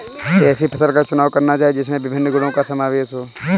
ऐसी फसल का चुनाव करना चाहिए जिसमें विभिन्न गुणों का समावेश हो